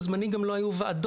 בזמני גם לא היו ועדות,